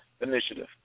Initiative